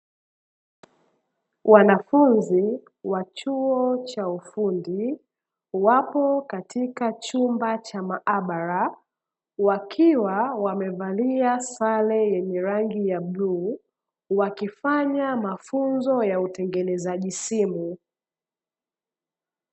Wanafunzi wa chuo cha ufundi wapo katika chumba cha maabara, wakiwa wamevalia sare zenye rangi ya bluu, wakifanya mafunzo ya utengenezaji simu.